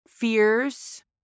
Fears